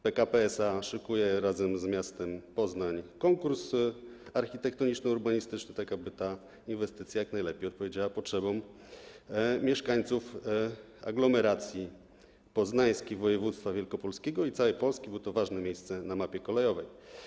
PKP SA szykuje razem z miastem Poznań konkurs architektoniczny, urbanistyczny, tak aby ta inwestycja jak najlepiej odpowiadała potrzebom mieszkańców aglomeracji poznańskiej, województwa wielkopolskiego i całej Polski, bo to ważne miejsce na mapie kolejowej.